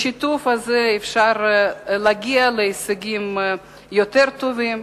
בשיתוף הזה אפשר להגיע להישגים יותר טובים.